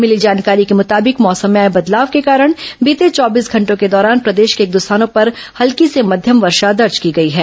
मिली जानकारी के मुताबिक मौसम में आए बदलाव के कारण बीते चौबीस घंटों के दौरान प्रदेश में एक दो स्थानों पर हल्की से मध्यम वर्षा दर्ज की गई है